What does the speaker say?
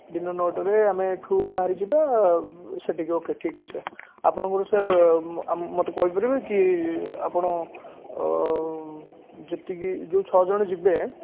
ଦିନ ନଅଟାରେ ଆମେ ଏଠୁ ବାହାରିଯିବା ସେଠିକି ଓକେ ଠିକ୍ ଅଛି ସାର୍ ଆପଣ ଗୋଟେ ସାର୍ ମୋତେ କହିପାରିବେ କି ଆପଣ ଯେତିକି ଯେଉଁ ଛଅ ଜଣ ଯିବେ